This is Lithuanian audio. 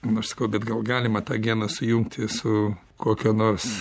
nu aš sakau bet gal galima tą geną sujungti su kokio nors